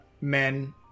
men